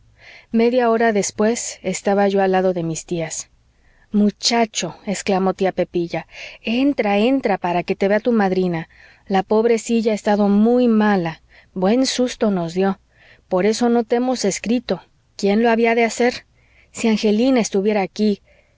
media hora después estaba yo al lado de mis tías muchacho exclamó tía pepilla entra entra para que te vea tu madrina la pobrecilla ha estado muy mala buen susto nos dió por eso no te hemos escrito quién lo había de hacer si angelina estuviera aquí